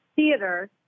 theater